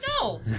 No